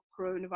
coronavirus